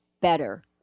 better